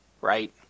right